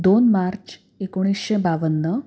दोन मार्च एकोणीसशे बावन्न